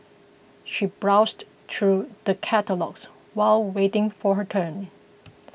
she browsed through the catalogues while waiting for her turn